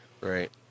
right